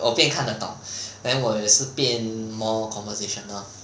我变看得懂 then 我也是变 more conversational